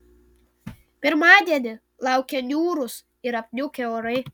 pirmadienį laukia niūrūs ir apniukę orai